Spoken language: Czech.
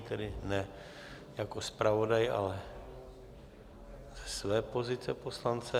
Tedy ne jako zpravodaj, ale za své pozice poslance.